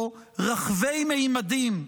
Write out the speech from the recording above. או רחבי ממדים,